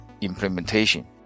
implementation